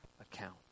account